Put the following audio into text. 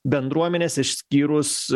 bendruomenes išskyrus